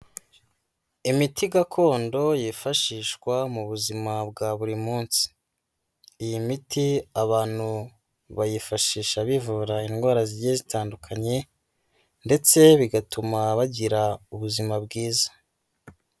Imiti gakondo yifashishwa mu buzima bwa buri munsi, iyi miti abantu bayifashisha bivura indwara zigiye zitandukanye, ndetse bigatuma bagira ubuzima bwiza.